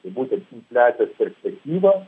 tai būtent infliacijos perspektyva